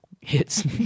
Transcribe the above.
hits